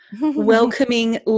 welcoming